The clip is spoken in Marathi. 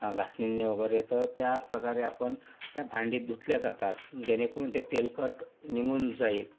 घासणीने वगैरे तर त्या प्रकारे आपण त्या भांडी धुतल्या जातात जेणेकरून ते तेलकट निघून जाईल